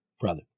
brother